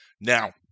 now